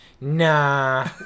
nah